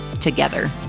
together